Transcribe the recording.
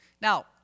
now